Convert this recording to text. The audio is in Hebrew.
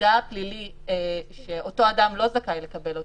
שהמידע הפלילי שאותו אדם לא זכאי לקבל אותו,